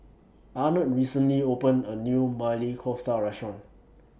Arnett recently opened A New Maili Kofta Restaurant